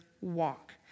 walk